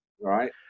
right